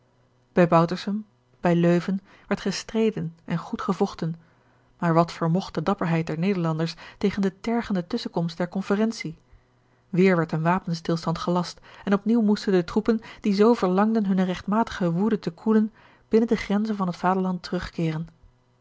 bautersum bij leuven werd gestreden en goed gevochten maar wat vermogt de dapperheid der nederlanders tegen de tergende tusschenkomst der conferentie weêr werd een wapenstilstand gelast en op nieuw moesten de troepen die zoo verlangden hunne regtmatige woede te koelen binnen de grenzen van het vaderland